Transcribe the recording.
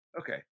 Okay